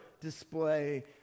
display